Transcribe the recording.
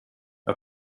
jag